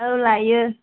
औ लायो